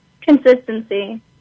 Consistency